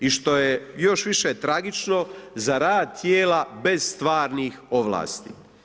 I što je još više tragično za rad tijela bez stvarnih ovlasti.